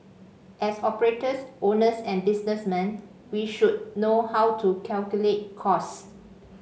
as operators owners and businessmen we should know how to calculate costs